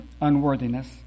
unworthiness